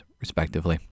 respectively